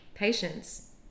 patience